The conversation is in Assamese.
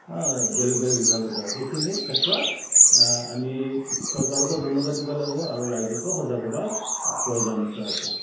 অঁ বেলেগ বেলেগ বিভাগৰ দ্বাৰা সেইখিনিৰ ক্ষেত্ৰত আমি চৰকাৰকো ধন্যবাদ দিব লাগিব আৰু ৰাইজকো সজাগ হ'ব প্ৰয়োজনীয়তা আছে